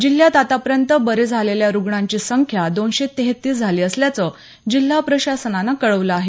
जिल्ह्यात आतापर्यंत बरे झालेल्या रुग्णांची संख्या दोनशे तेहतीस झाली असल्याचं जिल्हा प्रशासनानं कळवलं आहे